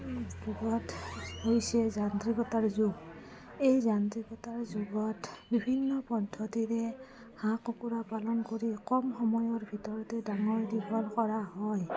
যুগত হৈছে যান্ত্ৰিকতাৰ যুগ এই যান্ত্ৰিকতাৰ যুগত বিভিন্ন পদ্ধতিৰে হাঁহ কুকুৰা পালন কৰি কম সময়ৰ ভিতৰতে ডাঙৰ দীঘল কৰা হয়